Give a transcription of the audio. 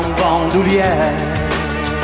bandoulière